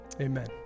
Amen